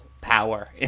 power